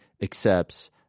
accepts